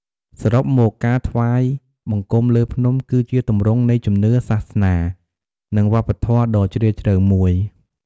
សរុបមក ការថ្វាយបង្គំលើភ្នំ គឺជាទម្រង់នៃជំនឿសាសនា និងវប្បធម៌ដ៏ជ្រាលជ្រៅមួយ។